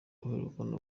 waherukaga